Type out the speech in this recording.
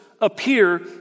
appear